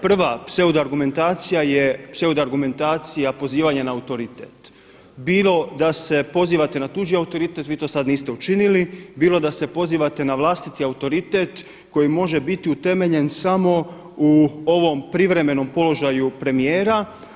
Prva pseudo argumentacija je, pseudo argumentacija pozivanje na autoritet bilo da se pozivate na tuđi autoritet, vi to sad niste učinili, bilo da se pozivate na vlastiti autoritet koji može biti utemeljen samo u ovom privremenom položaju premijera.